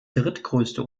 drittgrößte